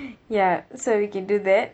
ya so you can do that